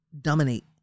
Dominate